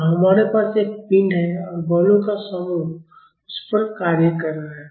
तो हमारे पास एक पिंड है और बलों का समूह उस पर कार्य कर रहा है